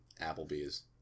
Applebee's